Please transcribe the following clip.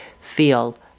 feel